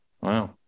wow